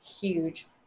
huge